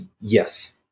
Yes